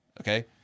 okay